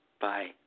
Bye